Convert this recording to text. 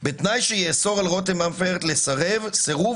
בתנאי שיעזור על רותם אמפרט לסרב סירוב